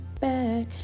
back